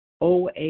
OA